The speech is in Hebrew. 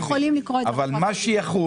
זו המשמעות שיכולים לקרוא --- אבל מה שיחול,